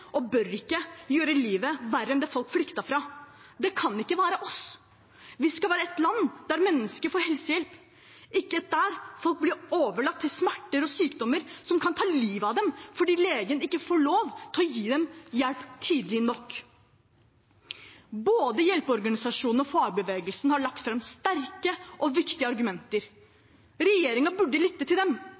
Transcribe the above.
og bør ikke, gjøre livet verre enn det folk flyktet fra. Det kan ikke være oss. Vi skal være et land der mennesker får helsehjelp, ikke et der folk blir overlatt til smerter og sykdommer som kan ta livet av dem fordi legen ikke får lov til å gi dem hjelp tidlig nok. Både hjelpeorganisasjonene og fagbevegelsen har lagt fram sterke og viktige argumenter. Regjeringen burde lytte til dem,